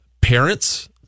Parents